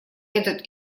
этот